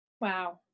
Wow